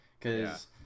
Cause